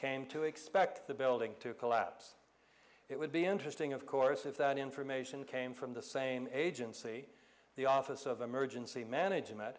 came to expect the building to collapse it would be interesting of course if that information came from the same agency the office of emergency management